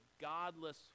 godless